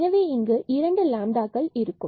எனவே இங்கு இரண்டு லாம்டாக்கள் இருக்கும்